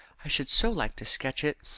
i should so like to sketch it.